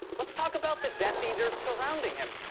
let's talk about the death eaters surrounding him,